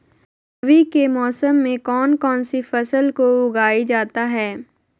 रवि के मौसम में कौन कौन सी फसल को उगाई जाता है?